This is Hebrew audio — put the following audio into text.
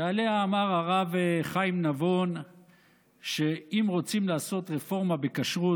שעליה אמר הרב חיים נבון שאם רוצים לעשות רפורמה בכשרות,